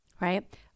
Right